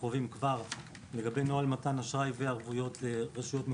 הקרובים לגבי נוהל מתן אשראי לרשויות מקומיות.